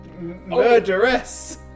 Murderess